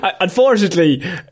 unfortunately